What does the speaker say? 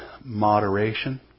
moderation